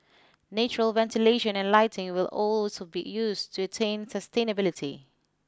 natural ventilation and lighting will also be used to attain sustainability